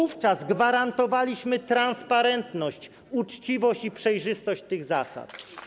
Bo wówczas gwarantowaliśmy transparentność, uczciwość i przejrzystość tych zasad.